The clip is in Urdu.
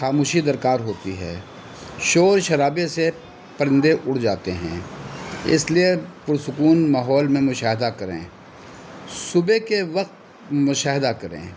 خاموشی درکار ہوتی ہے شور شرابے سے پرندے اڑ جاتے ہیں اس لیے پرسکون ماحول میں مشاہدہ کریں صبح کے وقت مشاہدہ کریں